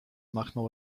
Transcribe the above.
machnął